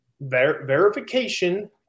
verification